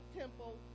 temple